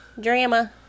Drama